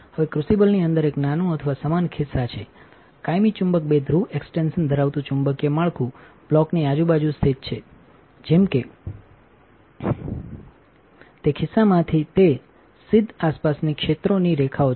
હવે ક્રુસિબલની અંદર એક નાનું અથવા સમાન ખિસ્સા છે કાયમી ચુંબક બે ધ્રુવ એક્સ્ટેંશન ધરાવતું ચુંબકીય માળખું બ્લોકની આજુબાજુ સ્થિત છે જેમ કે તેખિસ્સામાંથીસિદ દઆસપાસનાક્ષેત્રોનીરેખાઓ છે